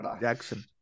Jackson